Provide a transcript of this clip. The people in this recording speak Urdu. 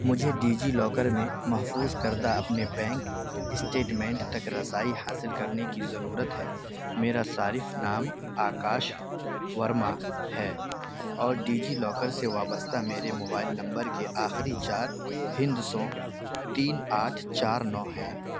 مجھے ڈیجی لاکر میں محفوظ کردہ اپنے بینک اسٹیٹمنٹ تک رسائی حاصل کرنے کی ضرورت ہے میرا صارف نام آکاش ورما ہے اور ڈیجی لاکر سے وابستہ میرے موبائل نمبر کے آخری چار ہندسوں تین آٹھ چار نو ہیں